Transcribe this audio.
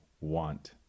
want